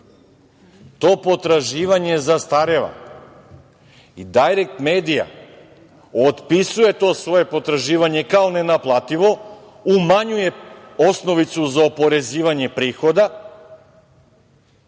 to potraživanje zastareva i Dajrekt medija otpisuje to svoje potraživanje kao nenaplativo, umanjuje osnovicu za oporezivanje prihoda,